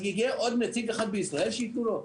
אז יהיה עוד נציג אחד בישראל שיתנו לו?